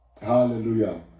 hallelujah